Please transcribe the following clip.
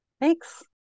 Thanks